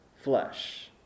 flesh